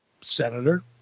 senator